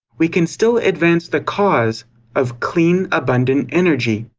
we can still advance the cause of clean, abundant energy,